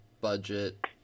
budget